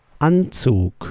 Anzug